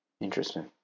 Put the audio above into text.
Interesting